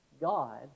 God